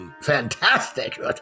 fantastic